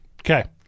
okay